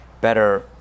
better